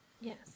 Yes